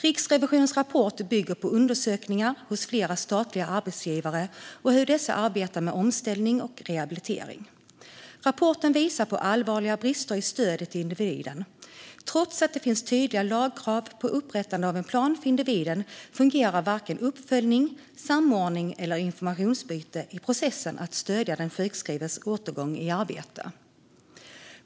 Riksrevisionens rapport bygger på undersökningar hos flera statliga arbetsgivare om hur dessa arbetar med omställning och rehabilitering. Rapporten visar på allvarliga brister i stödet till individen. Trots att det finns tydliga lagkrav på upprättandet av en plan för individen fungerar varken uppföljning, samordning eller informationsutbyte i processen att stödja den sjukskrivnes återgång i arbete.